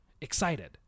Excited